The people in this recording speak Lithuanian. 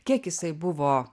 kiek jisai buvo